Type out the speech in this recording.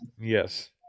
Yes